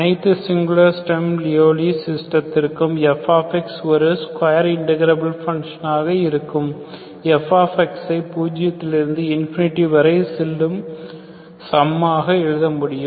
அனைத்து singular Sturm Liouville சிஸ்டத்திற்கு f ஒரு ஸ்கொயர் இன்டர்கிரபில் பங்ஷனாக இருக்கும்போது f ஐ பூஜ்ஜியத்திலிருந்து இன்ஃபினிட்டி வரை செல்லும் சம்மாக எழுத முடியும்